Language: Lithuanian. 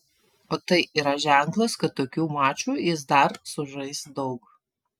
o tai yra ženklas kad tokių mačų jis dar sužais daug